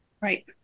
right